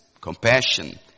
compassion